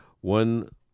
One